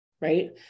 Right